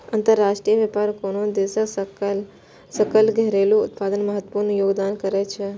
अंतरराष्ट्रीय व्यापार कोनो देशक सकल घरेलू उत्पाद मे महत्वपूर्ण योगदान करै छै